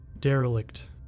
Derelict